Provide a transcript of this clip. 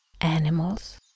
Animals